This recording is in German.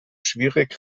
schwierig